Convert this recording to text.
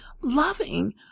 loving